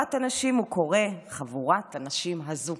לחבורת הנשים הוא קורא "חבורת הנשים הזו".